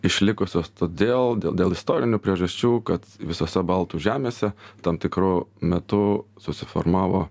išlikusios todėl dėl dėl istorinių priežasčių kad visose baltų žemėse tam tikru metu susiformavo